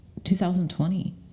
2020